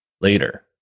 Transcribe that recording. later